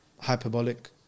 Hyperbolic